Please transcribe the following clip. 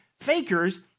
fakers